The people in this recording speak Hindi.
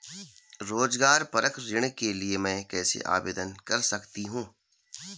रोज़गार परक ऋण के लिए मैं कैसे आवेदन कर सकतीं हूँ?